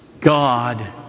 God